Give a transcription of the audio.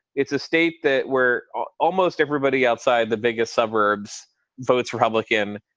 it's a state that where ah almost everybody outside the biggest suburbs votes republican.